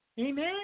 Amen